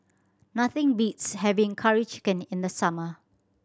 nothing beats having Curry Chicken in the summer